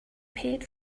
paid